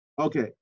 Okay